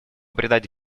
придать